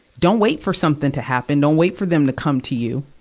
don't wait for something to happen, don't wait for them to come to you.